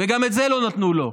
וגם את זה לא נתנו לו.